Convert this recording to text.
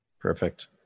Perfect